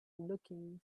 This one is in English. looking